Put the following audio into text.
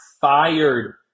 fired